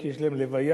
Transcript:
כי יש להם הלוויה,